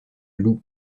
loup